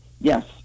Yes